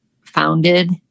founded